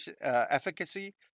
efficacy